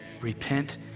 Repent